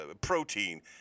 protein